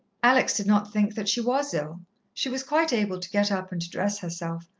alex did not think that she was ill she was quite able to get up and to dress herself,